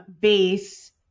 base